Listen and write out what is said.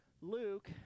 Luke